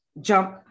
jump